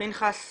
פנחס בוימל.